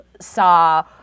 saw